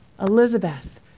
Elizabeth